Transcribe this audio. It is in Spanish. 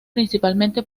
principalmente